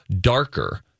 darker